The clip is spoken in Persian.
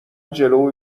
جلو